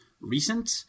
recent